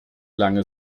lange